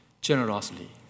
generously